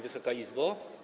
Wysoka Izbo!